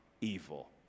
evil